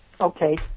Okay